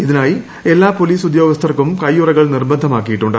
ഇതിനായി എല്ലാ പോലീസ് ഉദ്യോഗസ്ഥർക്കും കയ്യുറകൾ നിർബന്ധമാക്കിയിട്ടുണ്ട്